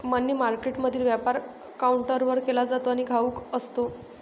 मनी मार्केटमधील व्यापार काउंटरवर केला जातो आणि घाऊक असतो